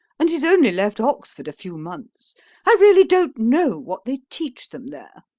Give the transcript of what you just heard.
and he's only left oxford a few months i really don't know what they teach them there.